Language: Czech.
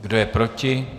Kdo je proti?